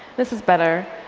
this is better,